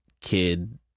kid